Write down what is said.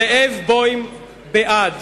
זאב בוים, בעד.